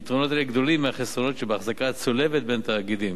היתרונות גדולים מהחסרונות שבהחזקה הצולבת בין תאגידים.